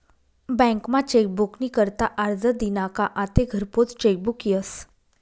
बँकमा चेकबुक नी करता आरजं दिना का आते घरपोच चेकबुक यस